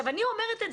אני אומרת,